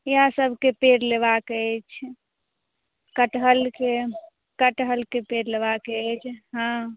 इहए सबके पेड़ लेबाक अछि कटहलके कटहलके पेड़ लेबाक अछि हँ